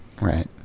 Right